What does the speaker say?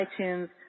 iTunes